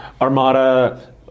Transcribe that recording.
Armada